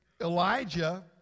Elijah